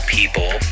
People